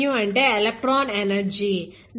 hnu అంటే electron ఎనర్జీhc𝝀